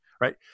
Right